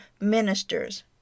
ministers